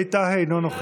ווליד טאהא, אינו נוכח.